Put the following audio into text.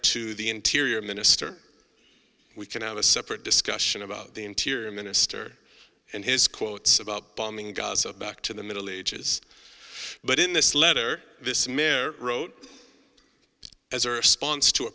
to the interior minister we can have a separate discussion about the interior minister and his quotes about bombing gaza back to the middle ages but in this letter this mare wrote as a response to